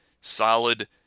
solid